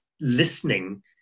listening